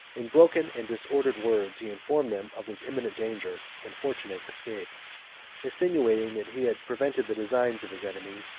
in broken and disordered words he informed them of his imminent danger, and fortunate escape insinuating that he had prevented the designs of his enemy,